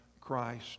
Christ